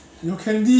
我还没有 save